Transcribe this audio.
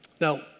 Now